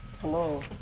Hello